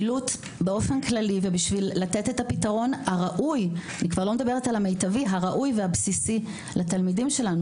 בשביל לתת פתרון ראוי ובסיסי לתלמידים שלנו?